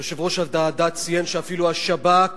יושב-ראש הוועדה ציין שאפילו השב"כ